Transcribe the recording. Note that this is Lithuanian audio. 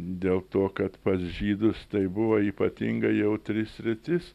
dėl to kad pas žydus tai buvo ypatingai jautri sritis